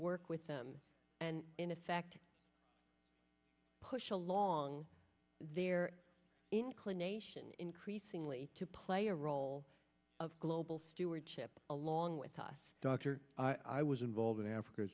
work with them and in effect push along their inclination increasingly to play a role of global stewardship along with us doctor i was involved in africa